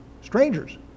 Strangers